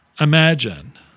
Imagine